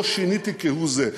לא שיניתי כהוא זה.